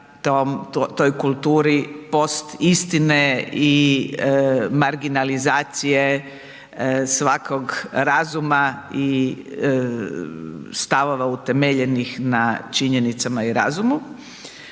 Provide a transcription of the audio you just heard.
post-istine i marginalizacije svakog razuma i stavova utemeljenih na činjenicama i razumu.